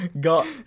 got